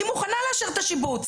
היא מוכנה לאשר את השיבוץ,